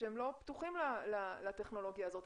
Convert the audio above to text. שהיא לא פתוחה לטכנולוגיה הזאת.